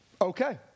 okay